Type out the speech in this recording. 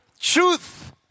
Truth